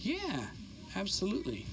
yeah absolutely